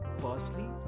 firstly